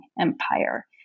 empire